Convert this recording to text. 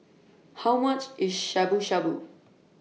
How much IS Shabu Shabu